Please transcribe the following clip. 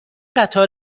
قطار